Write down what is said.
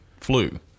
flu